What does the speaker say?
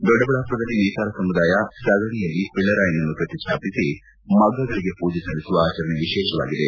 ದೊಡ್ಡಬಳ್ಳಾಪುರದಲ್ಲಿ ನೇಕಾರ ಸಮುದಾಯ ಸಗಣಿಯಲ್ಲಿ ಪಿಳ್ಳೆರಾಯನ್ನು ಪ್ರತಿಷ್ಠಾಪಿಸಿ ಮಗ್ಗಗಳಿಗೆ ಮೂಜೆ ಸಲ್ಲಿಸುವ ಆಚರಣೆ ವಿಶೇಷವಾಗಿದೆ